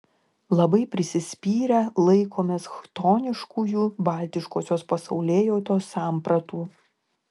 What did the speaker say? labai prisispyrę laikomės chtoniškųjų baltiškosios pasaulėjautos sampratų